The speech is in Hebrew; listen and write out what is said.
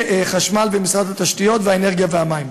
חשמל, ומשרד התשתיות, האנרגיה והמים.